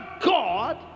God